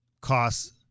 costs